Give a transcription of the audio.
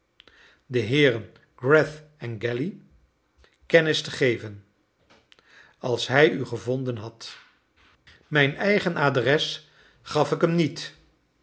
de heeren greth and galley kennis te geven als hij u gevonden had mijn eigen adres gaf ik hem niet